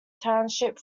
township